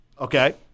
Okay